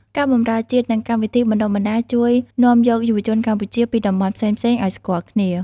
ការបម្រើជាតិ និងកម្មវិធីបណ្តុះបណ្តាលជួយនាំយកយុវជនកម្ពុជាពីតំបន់ផ្សេងៗឱ្យស្គាល់គ្នា។